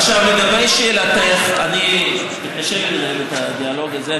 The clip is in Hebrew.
עכשיו, לגבי שאלתך קשה לי לנהל את הדיאלוג הזה.